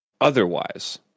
otherwise